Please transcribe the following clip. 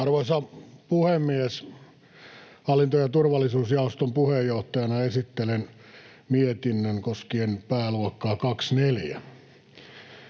Arvoisa puhemies! Hallinto- ja turvallisuusjaoston puheenjohtajana esittelen mietinnön koskien pääluokkaa 24.